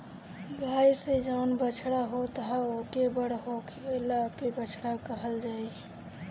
गाई से जवन बछड़ा होत ह ओके बड़ होखला पे बैल कहल जाई